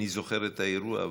איני זוכר את האירוע,